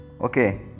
Okay